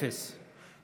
אפס,